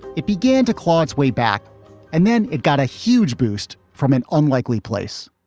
it began to claw its way back and then it got a huge boost from an unlikely place